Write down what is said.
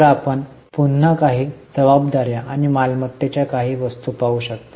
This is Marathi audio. तर आपण पुन्हा काही जबाबदाऱ्या आणि मालमत्तेच्या काही वस्तू पाहू शकता